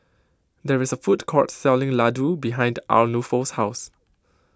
there is a food court selling Ladoo behind Arnulfo's house